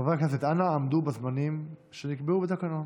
חברי הכנסת, אנא עמדו בזמנים שנקבעו בתקנון.